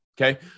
Okay